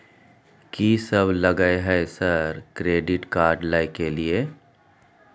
कि सब लगय हय सर क्रेडिट कार्ड लय के लिए?